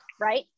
Right